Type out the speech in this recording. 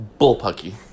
Bullpucky